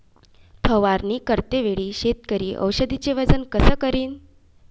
फवारणी करते वेळी शेतकरी औषधचे वजन कस करीन?